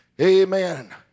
Amen